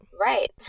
Right